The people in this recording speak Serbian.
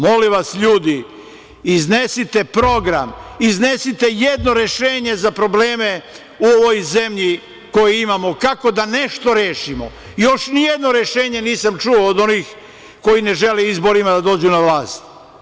Molim vas ljudi, iznesite program, iznesite jedno rešenje za probleme u ovoj zemlji koje imamo, kako da nešto rešimo, još nijedno rešenje nisam čuo od onih koji ne žele izborima da dođu na vlast.